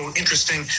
interesting